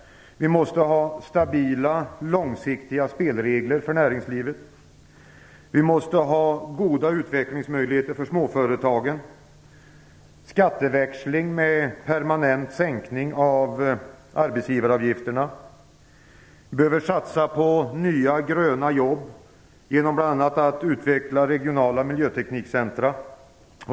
Vi måste ha stabila långsiktiga spelregler för näringslivet. Vi måste ha goda utvecklingsmöjligheter för småföretagen och skatteväxling med permanent sänkning av arbetsgivaravgifterna. Vi behöver satsa på nya gröna jobb, bl.a. genom att utveckla regionala miljöteknikcentra.